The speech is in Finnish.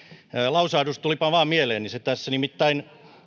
lausahdus tulipa vaan mieleeni se tässä nimittäin